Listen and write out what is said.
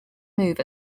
move